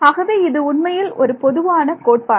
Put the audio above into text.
ஆகவே இது உண்மையில் ஒரு பொதுவான கோட்பாடு